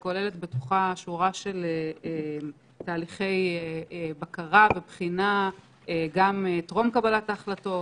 היא כוללת בתוכה שורה ארוכה של תהליכי בקרה ובחינה טרום קבלת החלטות,